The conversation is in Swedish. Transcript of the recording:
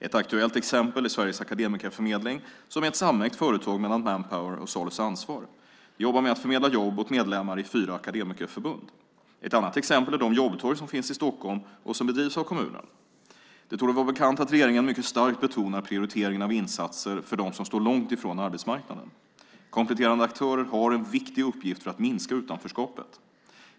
Ett aktuellt exempel är Sveriges Akademikerförmedling, som är ett samägt företag mellan Manpower och Salus Ansvar. De jobbar med att förmedla jobb åt medlemmar i fyra akademikerförbund. Ett annat exempel är de jobbtorg som finns i Stockholm och som bedrivs av kommunen. Det torde vara bekant att regeringen mycket starkt betonar prioriteringen av insatser för dem som står långt från arbetsmarknaden. Kompletterande aktörer har en viktig uppgift för att minska utanförskapet.